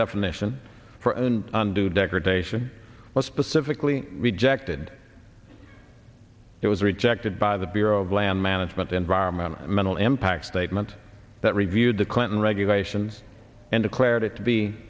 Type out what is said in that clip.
definition for own undue degradation what specifically rejected it was rejected by the bureau of land management environmental mental impact statement that reviewed the clinton regulations and declared it to be